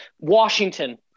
washington